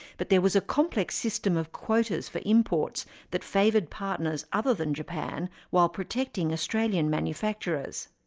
but there was a complex system of quotas for imports that favoured partners other than japan, while protecting australian manufacturers.